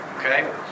Okay